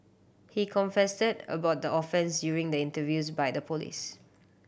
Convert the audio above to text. he confessed about the offence during the interviews by the police